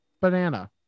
banana